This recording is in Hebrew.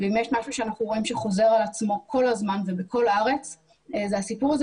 אם יש משהו שאנחנו רואים שחוזר על עצמו כל הזמן ובכל הארץ זה הסיפור הזה